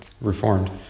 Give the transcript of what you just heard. Reformed